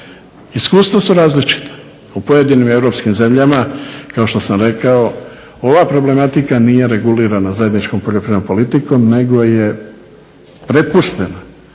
Iskustva su različita. U pojedinim europskim zemljama kao što sam rekao ova problematika nije regulirana zajedničkom poljoprivrednom politikom nego je prepuštena